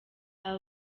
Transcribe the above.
aba